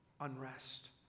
Unrest